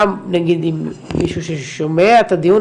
גם נגיד אם יש מישהו ששומע את הדיון,